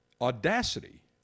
audacity